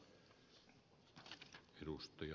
arvoisa puhemies